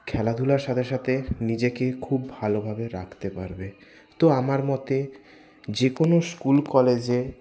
খেলাধুলার সাথে সাথে নিজেকে খুব ভালোভাবে রাখতে পারবে তো আমার মতে যেকোনো স্কুল কলেজে